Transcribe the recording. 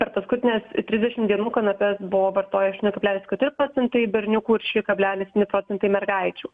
per paskutines trisdešim dienų kanapes buvo vartoję aštuoni kablelis keturi procentai berniukų ir šeši kablelis septyni procentai mergaičių